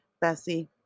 Bessie